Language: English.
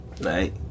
right